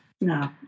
No